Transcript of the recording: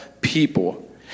people